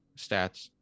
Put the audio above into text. stats